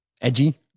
edgy